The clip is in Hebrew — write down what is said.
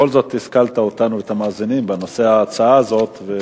בכל זאת השכלת אותנו ואת המאזינים בנושא ההצעה הזאת.